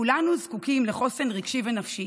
כולנו זקוקים לחוסן רגשי ונפשי